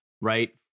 right